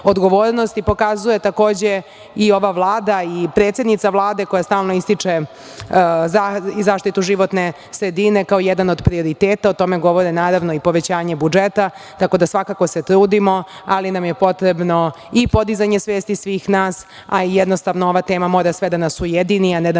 i pokazuje takođe i ova Vlada i predsednica Vlade, koja stalno ističe i zaštitu životne sredine kao jedan od prioriteta, o tome govori naravno i povećanje budžeta, tako da se svakako trudimo, ali nam je potrebno i podizanje svesti svih nas, a i jednostavno ova tema mora sve da nas ujedini, a ne da nas razdvaja